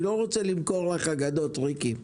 אני לא רוצה למכור לך אגדות, ריקי.